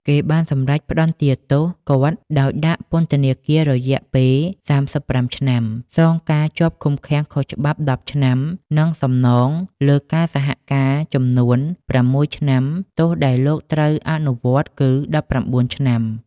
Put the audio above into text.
គេបានសម្រេចផ្តន្ទាទោសគាត់ ដោយដាក់ពន្ថនាគាររយៈពេល៣៥ឆ្នាំ សងការជាប់ឃុំខុសច្បាប់១០ឆ្នាំ និងសំណងលើការសហការចំនួន៦ឆ្នាំ ទោសដែលត្រូវអនុវត្តគឺ១៩ឆ្នាំ។